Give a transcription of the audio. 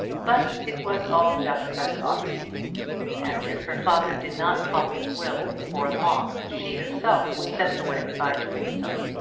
but it was all just as it ought to be and if her father did not call him will before long, she herself would set the way by doing so